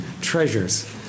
treasures